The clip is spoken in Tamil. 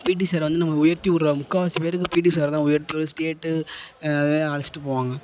பிடி சார் வந்து நம்மளை உயர்த்தி விட்ற முக்கால்வாசி பேருக்கு பிடி சாருதான் உயர்த்தி விட்றது ஸ்டேட் அதை அழைச்சிட்டு போவாங்க